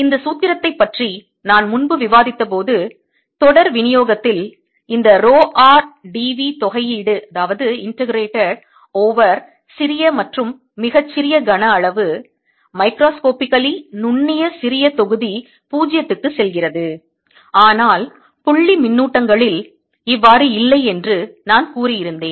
இந்த சூத்திரத்தைப் பற்றி நான் முன்பு விவாதித்தபோது தொடர் விநியோகத்தில் இந்த ரோ r d v தொகையீடு ஓவர் சிறிய மற்றும் மிகச்சிறிய கன அளவு மைக்ரோஸ்கோப்பிக்கலி நுண்ணிய சிறிய தொகுதி 0 க்கு செல்கிறது ஆனால் புள்ளி மின்னூட்டங்களில் இவ்வாறு இல்லை என்று நான் கூறியிருந்தேன்